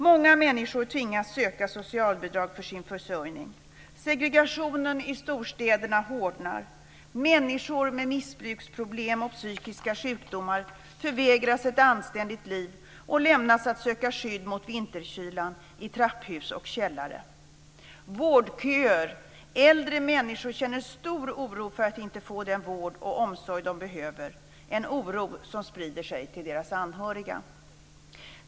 Många människor tvingas söka socialbidrag för sin försörjning, segregationen i storstäderna hårdnar, människor med missbruksproblem och psykiska sjukdomar förvägras ett anständigt liv och lämnas att söka skydd mot vinterkylan i trapphus och källare, vårdköer, äldre människor som känner stor oro för att inte få den vård och omsorg de behöver - en oro som sprider sig till deras anhöriga.